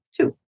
two